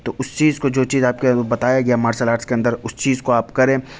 تو اس چیز کو جو چیز آپ کے وہ بتایا گیا مارسل آرٹس کے اندر اس چیز کو آپ کریں